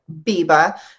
Biba